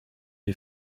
est